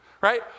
right